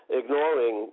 ignoring